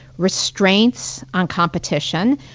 restraints on competition,